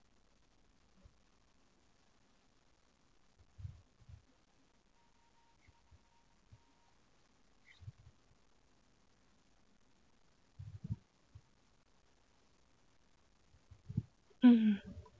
mmhmm